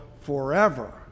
forever